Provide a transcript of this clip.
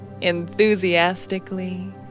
Enthusiastically